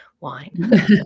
wine